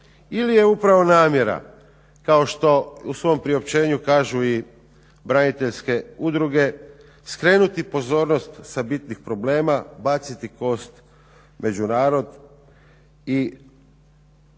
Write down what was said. ili je upravo namjera kao što u svom priopćenju kažu i braniteljske udruge skrenuti pozornost sa bitnih problema, baciti kost među narod i